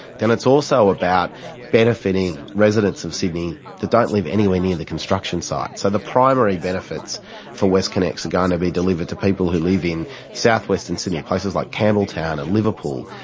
then it's also about benefiting residents of sydney that don't live anywhere near the construction site. so the primary benefits for westconnex are going to be delivered to people who live in southwestern sydney, places like campbelltown and liverpool.